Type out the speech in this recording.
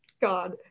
God